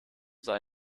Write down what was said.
sei